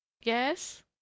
Yes